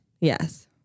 Yes